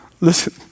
Listen